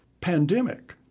pandemic